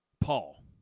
Paul